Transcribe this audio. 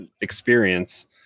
experience